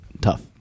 Tough